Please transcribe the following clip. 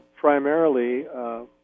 primarily